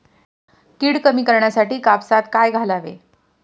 कीड कमी करण्यासाठी कापसात काय घालावे?